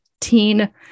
teen